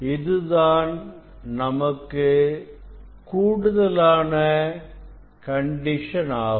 இதுதான் நமக்கு கூடுதலான கண்டிஷன் ஆகும்